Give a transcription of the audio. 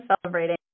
celebrating